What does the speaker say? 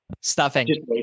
Stuffing